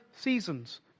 seasons